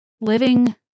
living